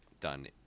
done